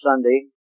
Sunday